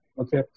okay